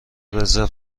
رزرو